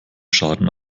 schaden